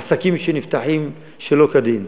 עסקים נפתחים שלא כדין.